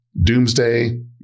Doomsday